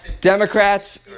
Democrats